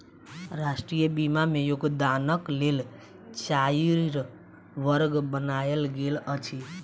राष्ट्रीय बीमा में योगदानक लेल चाइर वर्ग बनायल गेल अछि